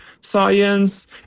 science